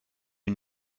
you